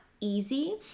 easy